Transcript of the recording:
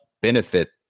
benefit